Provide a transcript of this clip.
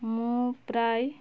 ମୁଁ ପ୍ରାୟ